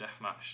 deathmatch